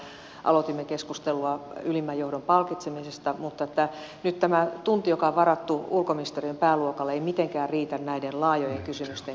viime viikolla aloitimme keskustelua ylimmän johdon palkitsemisesta mutta nyt tämä tunti joka on varattu ulkoministeriön pääluokalle ei mitenkään riitä näiden laajojen kysymysten kattamiseen